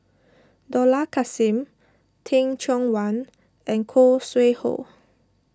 Dollah Kassim Teh Cheang Wan and Khoo Sui Hoe